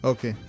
Okay